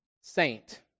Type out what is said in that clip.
saint